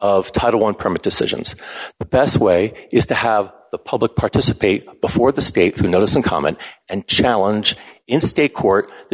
of taiwan permit decisions the best way is to have the public participate before the state of notice and comment and challenge in state court the